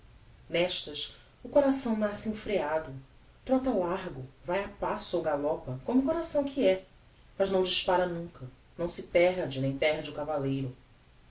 nestas o coração nasce enfreiado trota largo vae a passo ou galopa como coração que é mas não dispara nunca não se perde nem perde o cavalleiro